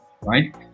right